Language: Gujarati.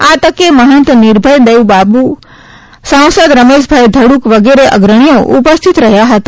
આ તકે મહંત નિર્ભય દેવબાપુ સાંસદ રમેશભાઇ ધડક વગેરે અગ્રણીઓ ઉપસ્થિત રહ્યા હતા